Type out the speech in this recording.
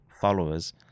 followers